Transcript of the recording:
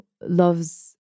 loves